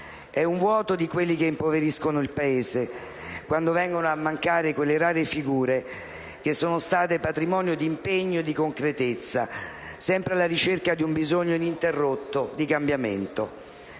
È un vuoto di quelli che impoveriscono il Paese, quando vengono a mancare quelle rare figure che sono state patrimonio di impegno e di concretezza, sempre alla ricerca di un bisogno ininterrotto di cambiamento.